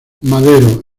madero